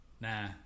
nah